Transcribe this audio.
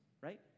right